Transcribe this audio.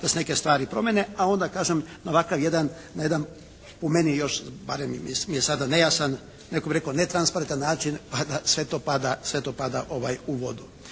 da se neke stvari promijene, a onda kažem na ovakav jedan po meni još, barem mi je sada nejasan, netko bi rekao netransparentan način pa da sve to pada u vodu.